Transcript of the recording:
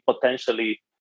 potentially